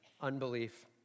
Unbelief